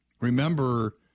remember